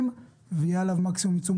עידית,